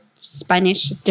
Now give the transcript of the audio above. Spanish